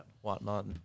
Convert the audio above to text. whatnot